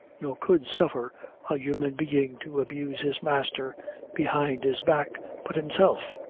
nor could suffer a human being to abuse his master behind his back, but himself.